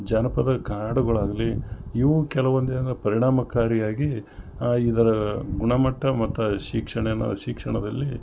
ಜಾನಪದ ಕಾಡುಗಳಲ್ಲಿ ಇವು ಕೆಲವೊಂದು ಏನೋ ಪರಿಣಾಮಕಾರಿಯಾಗಿ ಇದರ ಗುಣಮಟ್ಟ ಮತ್ತು ಶಿಕ್ಷಣನ ಶಿಕ್ಷಣದಲ್ಲಿ